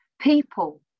people